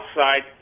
outside